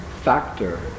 factor